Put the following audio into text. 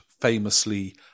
famously